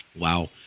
Wow